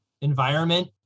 environment